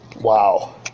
Wow